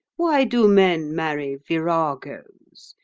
why do men marry viragoes,